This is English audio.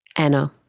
anna.